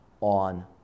on